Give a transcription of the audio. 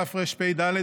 תרפ"ד,